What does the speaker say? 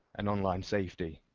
and online safety.